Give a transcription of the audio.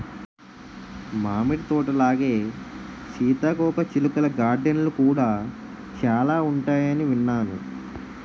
మామిడి తోటలాగే సీతాకోకచిలుకల గార్డెన్లు కూడా చాలా ఉంటాయని విన్నాను